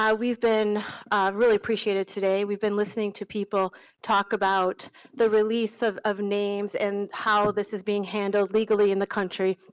yeah we've been really appreciated today, we've been listening to people talk about the release of of names and how this is being handled legally in the country.